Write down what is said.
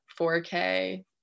4k